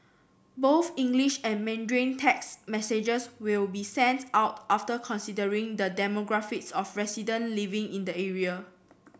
both English and Mandarin text messages will be sent out after considering the demographics of resident living in the area